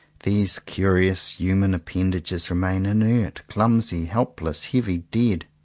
these curious human appendages remain inert, clumsy, helpless, heavy, dead.